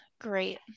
Great